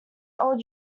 old